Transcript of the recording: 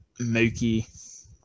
Mookie